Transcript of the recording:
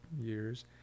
years